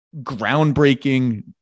groundbreaking